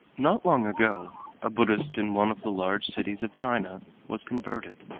not long ago a buddhist in one of the large cities of china was converted.